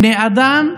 בני אדם,